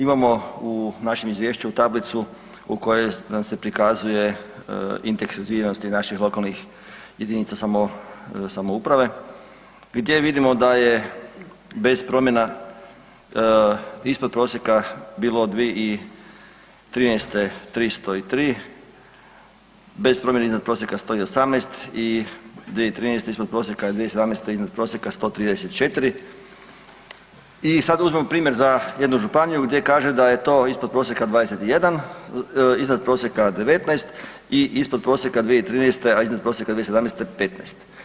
Imamo u našem Izvješću tablicu u kojoj nam se prikazuje indeks razvijenosti naših lokalnih jedinica samouprave gdje vidimo da je bez promjena, ispod prosjeka bilo 2013. 303, bez promjene, iznad prosjeka 118 i 2013. ispod prosjeka je 2017. iznad prosjeka 134, i sad uzmimo primjer za jednu županiju gdje kaže da je to ispod prosjeka 21, iznad prosjeka 19 i ispod prosjeka 2013., a iznad prosjeka 2017., 15.